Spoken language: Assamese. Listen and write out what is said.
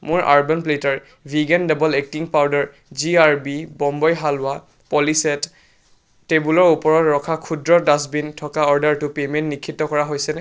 মোৰ Urban Platter vegan double acting baking powder G R B Bombay halwa পলিচেট টেবুলৰ ওপৰত ৰখা ক্ষুদ্ৰ ডাষ্টবিন থকা অৰ্ডাৰটোৰ পে'মেণ্ট নিষিদ্ধ কৰা হৈছেনে